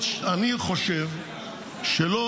אני חושב שלא